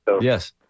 Yes